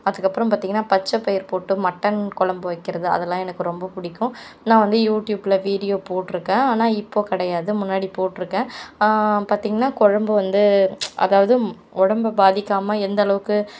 அதுக்கப்புறம் பார்த்திங்கன்னா பச்சைப்பயிர் போட்டு மட்டன் குழம்பு வைக்கறது அதெல்லாம் எனக்கு ரொம்ப பிடிக்கும் நான் வந்து யூடியூப்பில் வீடியோ போட்டிருக்கேன் ஆனால் இப்போ கிடையாது முன்னாடி போட்டிருக்கேன் பார்த்திங்கன்னா குழம்பு வந்து அதாவது உடம்பை பாதிக்காமல் எந்த அளவுக்கு